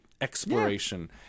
exploration